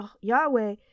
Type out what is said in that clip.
Yahweh